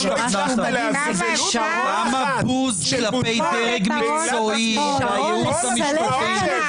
--- כמה בוז כלפי דרג מקצועי והייעוץ המשפטי.